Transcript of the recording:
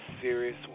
serious